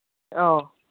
ꯑꯧ